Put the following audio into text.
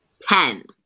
Ten